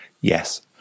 Yes